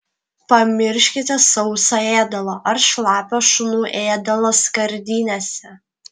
pamirškite sausą ėdalą ar šlapią šunų ėdalą skardinėse